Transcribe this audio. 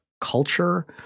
culture